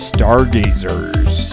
Stargazers